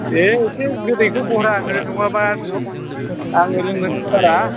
दे एसे गोदैखौ बरहा हो नङाबा आं लोंनो सुखुथारा